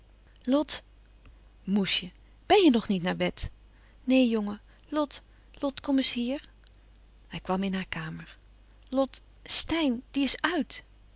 lot moesje ben je nog niet naar bed neen jongen lot lot kom eens hier hij kwam in haar kamer lot steyn die is uit